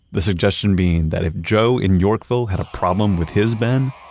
the suggestion being that if joe in yorkville had a problem with his bin,